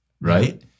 Right